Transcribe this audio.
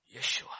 Yeshua